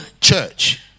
church